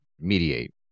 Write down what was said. mediate